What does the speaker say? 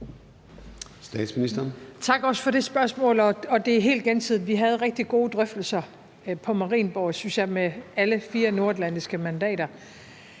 Tak, også for det spørgsmål. Det er helt gensidigt; vi havde rigtig gode drøftelser på Marienborg, synes jeg, med alle fire nordatlantiske mandater.